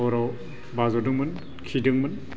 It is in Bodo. हराव बाज'दोंमोन खिहैदोंमोन